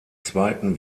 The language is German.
zweiten